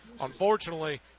unfortunately